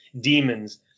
demons